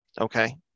okay